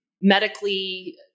Medically